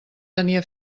tenia